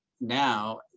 now